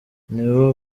nibo